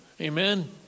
Amen